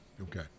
Okay